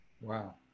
Wow